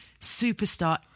superstar